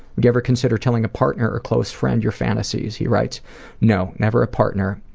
you ever considered telling a partner or close friend your fantasies? he writes no, never a partner,